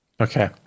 Okay